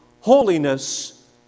holiness